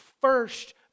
first